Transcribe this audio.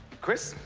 chris?